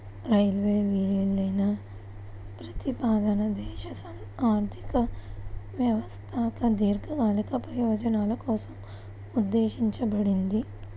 railway విలీన ప్రతిపాదన దేశ ఆర్థిక వ్యవస్థకు దీర్ఘకాలిక ప్రయోజనాల కోసం ఉద్దేశించబడింది